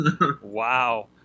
Wow